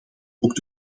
ook